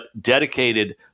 dedicated